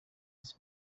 izi